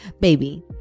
baby